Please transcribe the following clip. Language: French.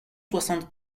soixante